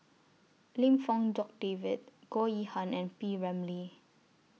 Lim Fong Jock David Goh Yihan and P Ramlee